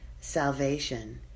salvation